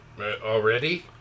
Already